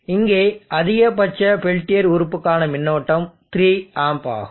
இங்கே அதிகபட்ச பெல்டியர் உறுப்புக்கான மின்னோட்டம் 3 ஆம்ப் ஆகும்